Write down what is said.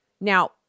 Now